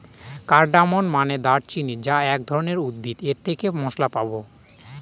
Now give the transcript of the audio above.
cardamom মানে দারুচিনি যা এক ধরনের উদ্ভিদ এর থেকে মসলা পাবো